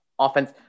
offense